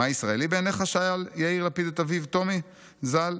'מה ישראלי בעיניך?' שאל יאיר לפיד את אביו טומי ז"ל,